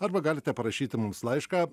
arba galite parašyti mums laišką